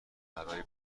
برای